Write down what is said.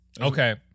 Okay